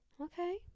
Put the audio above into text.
okay